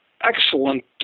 excellent